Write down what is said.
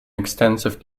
extensive